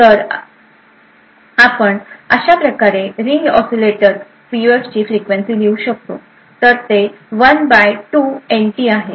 तर आपण अशा प्रकारे रिंग ओसीलेटर पीयूएफची फ्रिक्वेन्सी लिहू शकतो तर ते 1 बाय 2 एन टी आहे